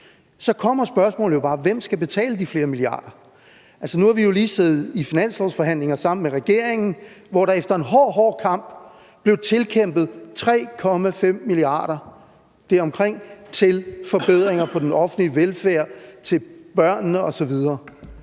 Så kommer spørgsmålet jo bare: Hvem skal betale de flere milliarder? Altså, nu har vi jo lige siddet i finanslovsforhandlinger sammen med regeringen, hvor der efter en hård, hård kamp blev tilkæmpet omkring 3,5 mia. kr. til forbedringer på den offentlige velfærd, til børnene osv.